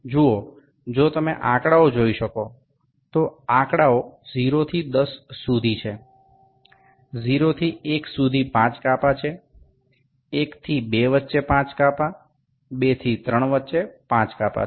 দেখুন যদি আপনি সংখ্যাগুলি দেখেন সংখ্যাগুলি ০ থেকে ১০ পর্যন্ত রয়েছে তবে ০ থেকে ১ পর্যন্ত ৫ টি ভাগ রয়েছে ১ থেকে ২ এর মধ্যে ৫ টি ভাগ রয়েছে ২ থেকে ৩ এর মধ্যে ৫ টি ভাগ রয়েছে